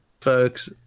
Folks